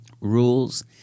rules